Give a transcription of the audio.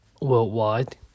worldwide